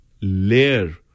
layer